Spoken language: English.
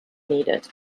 needed